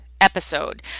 episode